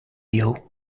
you